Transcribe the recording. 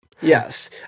Yes